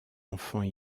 enfants